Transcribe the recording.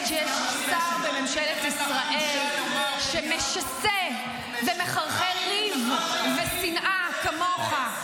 שיש שר בממשלת ישראל שמשסה ומחרחר ריב ושנאה כמוך.